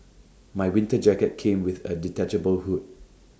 my winter jacket came with A detachable hood